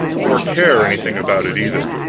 or care anything about it, either.